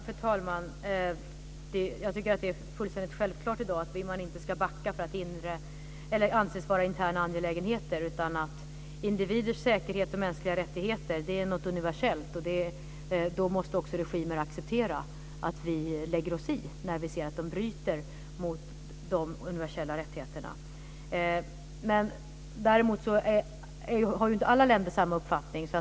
Fru talman! Jag tycker att det är fullständigt självklart i dag att man inte ska backa för att något skulle anses vara interna angelägenheter. Individers säkerhet och mänskliga rättigheter är något universellt. Därför måste också regimer acceptera att vi lägger oss i när vi ser att de bryter mot de universella rättigheterna. Däremot har inte alla länder samma uppfattning.